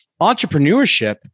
Entrepreneurship